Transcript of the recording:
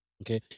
Okay